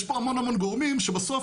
יש פה המון המון גורמים שבסוף